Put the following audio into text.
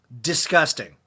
Disgusting